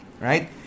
Right